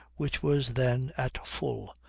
which was then at full,